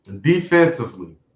defensively